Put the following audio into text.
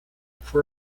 for